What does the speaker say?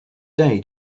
day